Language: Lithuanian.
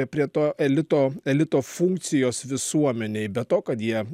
prie to elito elito funkcijos visuomenėj be to kad jie